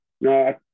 no